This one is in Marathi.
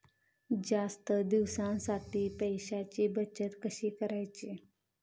जास्त दिवसांसाठी पैशांची बचत कशी करायची?